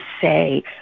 say